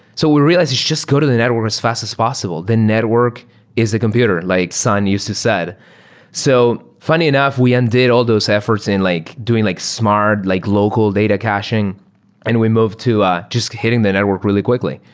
so we realized just go to the networks as fast as possible. the network is a computer, and like sun used to say so funny enough, we undid all those efforts and in like doing like smart like local data caching and we moved to ah just hitting the network really quickly.